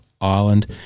Ireland